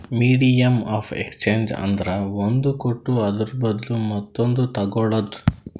medium of exchange ಅಂದ್ರ ಒಂದ್ ಕೊಟ್ಟು ಅದುರ ಬದ್ಲು ಮತ್ತೊಂದು ತಗೋಳದ್